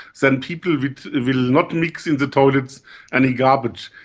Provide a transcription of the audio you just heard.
then people will not mix in the toilets any garbage.